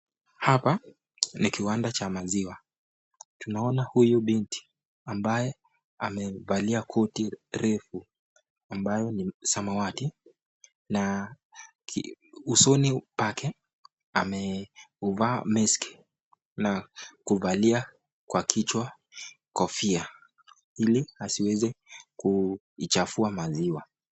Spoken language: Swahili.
Hapa ni kiwanda cha maziwa. Tunaona huyu binti ambaye amevalia koti refu ambayo ni samawati. Na usoni pake amevaa maski na kuvalia kwa kichwa kofia ili asiweze kuichafua maziwa.